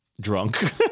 drunk